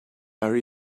our